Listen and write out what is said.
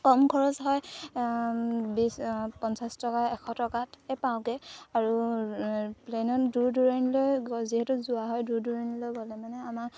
কম খৰচ হয় বিছ পঞ্চাছ টকা এশ টকাতে পাওঁগৈ আৰু প্লেইনত দূৰ দূৰণিলৈ যিহেতু যোৱা হয় দূৰ দূৰণিলৈ গ'লে মানে আমাক